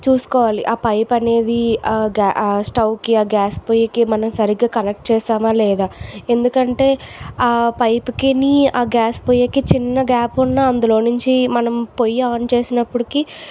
చూసుకోవాలి ఆ పైప్ అనేది ఆ గ్యా ఆ స్టౌకి ఆ గ్యాస్ పొయ్యికి మనం సరిగ్గా కనెక్ట్ చేశామా లేదా ఎందుకంటే ఆ పైప్కిని ఆ గ్యాస్ పొయ్యికి చిన్న గ్యాప్ ఉన్న అందులో నుంచి మనం పొయ్యి ఆన్ చేసినప్పటికీ